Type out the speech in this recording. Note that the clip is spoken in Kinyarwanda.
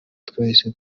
twahise